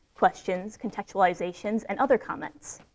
questions, contextualizations, and other comments?